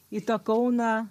į tą kauną